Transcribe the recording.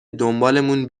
دنبالمون